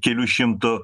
kelių šimtų